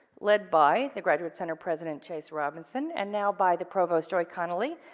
led by the graduates center president chase robinson. and now by the provost joy connolly,